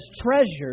treasures